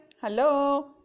hello